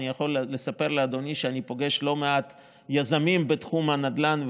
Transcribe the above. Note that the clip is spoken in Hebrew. אני יכול לספר לאדוני שאני פוגש לא מעט יזמים בתחום הנדל"ן,